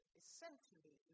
essentially